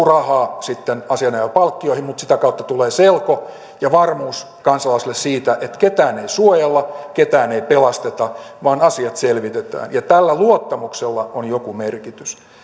rahaa kuluu sitten asianajopalkkioihin sitä kautta tulee selko ja varmuus kansalaisille siitä että ketään ei suojella ketään ei pelasteta vaan asiat selvitetään ja tällä luottamuksella on joku merkitys